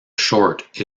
short